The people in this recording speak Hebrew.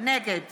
נגד